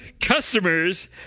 customers